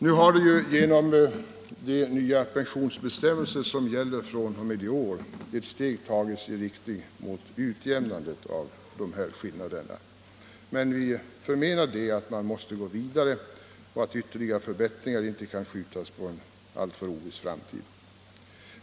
Nu har ju genom de nya pensionsbestämmelser som gäller fr.o.m. i år ett steg tagits i riktning mot ett utjämnande av dessa skillnader, men vi anser ändå att man måste gå vidare och att ytterligare förbättringar inte bör skjutas på en oviss framtid.